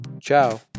ciao